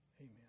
amen